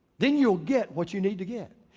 then you'll get what you need to get.